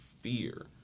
fear